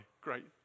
great